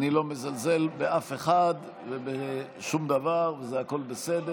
אני לא מזלזל באף אחד ובשום דבר, והכול בסדר.